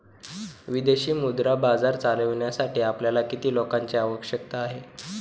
विदेशी मुद्रा बाजार चालविण्यासाठी आपल्याला किती लोकांची आवश्यकता आहे?